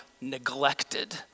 neglected